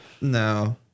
No